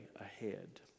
ahead